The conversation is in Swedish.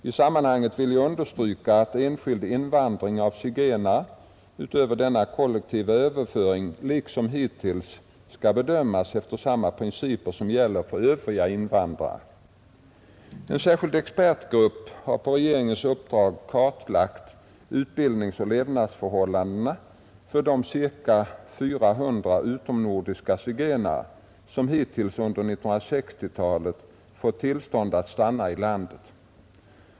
I sammanhanget vill jag understryka att enskild invandring av zigenare, utöver denna kollektiva överföring, liksom hittills skall bedömas efter samma principer som gäller för övriga invandrare. En särskild expertgrupp har på regeringens uppdrag kartlagt utbildningsoch levnadsförhållandena för de ca 400 utomnordiska zigenare som hittills sedan 1960 fått tillstånd att stanna i landet.